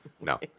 no